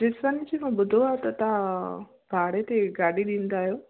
जिसि कन जी मां ॿुधो आहे त तव्हां भाड़े ते गाॾी ॾींदा आहियो